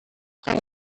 come